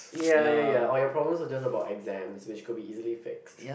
ya ya ya or your problems were just about exams which could be easily fixed